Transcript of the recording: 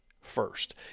first